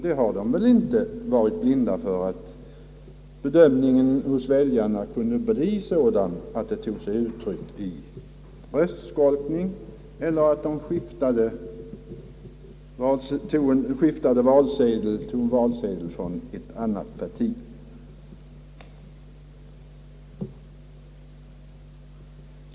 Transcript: Den har väl heller inte varit blind för att väljarnas bedömning kunde ta sig uttryck i röstskolkning eller övergång till ett annat parti.